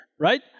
right